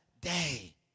day